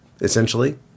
essentially